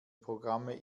programme